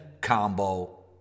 Combo